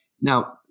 Now